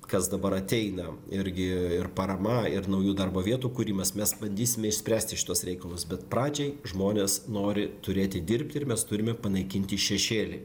kas dabar ateina irgi ir parama ir naujų darbo vietų kūrimas mes bandysime išspręsti šituos reikalus bet pradžiai žmonės nori turėti dirbti ir mes turime panaikinti šešėlį